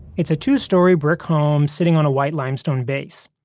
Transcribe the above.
it's a two-story brick home sitting on a white limestone base.